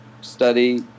study